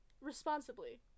responsibly